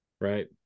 Right